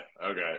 Okay